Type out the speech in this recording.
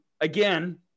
again